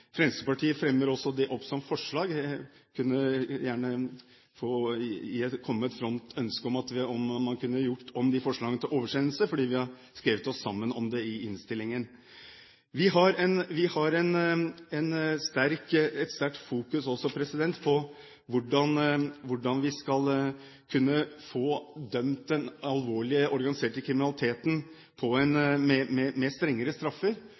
Fremskrittspartiet fremmer også forslag om dette. Jeg kunne gjerne komme med et fromt ønske om at Fremskrittspartiet gjør om de forslagene til oversendelsesforslag, fordi vi har skrevet oss sammen om det i innstillingen. Vi har også et sterkt fokus på hvordan vi skal kunne få idømt den alvorlige organiserte kriminaliteten